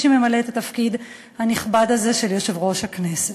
שממלא את התפקיד הנכבד הזה של יושב-ראש הכנסת.